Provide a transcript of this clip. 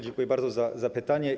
Dziękuję bardzo za pytanie.